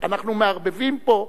אנחנו מערבבים פה,